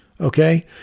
Okay